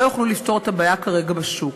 לא יוכלו לפתור את הבעיה כרגע בשוק.